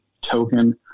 token